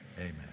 Amen